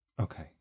Okay